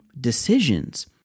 decisions